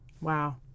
Wow